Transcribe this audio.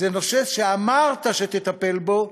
זה נושא שאמרת שתטפל בו,